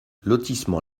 lotissement